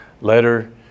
letter